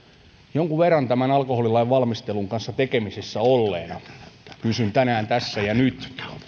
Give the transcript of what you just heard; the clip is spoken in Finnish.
jonkun verran tämän alkoholilain valmistelun kanssa tekemisissä olleena kysyn tänään tässä ja nyt